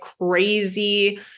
crazy